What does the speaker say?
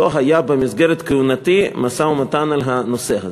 לא היה במסגרת כהונתי משא-ומתן על הנושא הזה.